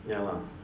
ya lah